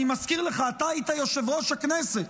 אני מזכיר לך, אתה היית יושב-ראש הכנסת,